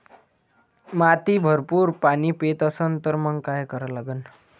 माती भरपूर पाणी पेत असन तर मंग काय करा लागन?